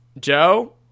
Joe